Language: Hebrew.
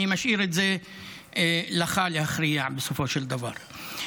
אני משאיר את זה לך להכריע בסופו של דבר.